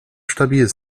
stabil